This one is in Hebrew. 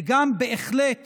וגם בהחלט